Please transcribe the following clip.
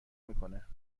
میکنه